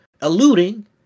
alluding